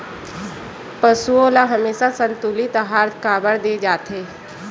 पशुओं ल हमेशा संतुलित आहार काबर दे जाथे?